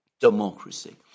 democracy